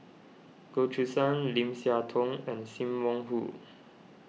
Goh Choo San Lim Siah Tong and Sim Wong Hoo